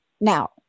Now